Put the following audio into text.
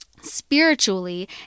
spiritually